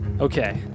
Okay